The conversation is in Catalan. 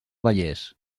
vallès